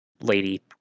lady